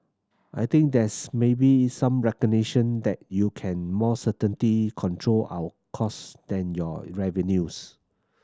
I think there's maybe some recognition that you can more certainly control our cost than your revenues